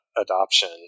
adoption